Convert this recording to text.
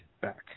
back